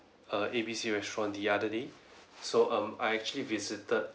err A B C restaurant the other day so um I actually visited